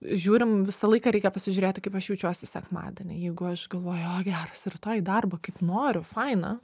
žiūrim visą laiką reikia pasižiūrėti kaip aš jaučiuosi sekmadienį jeigu aš galvoju o geras rytoj į darbą kaip noriu faina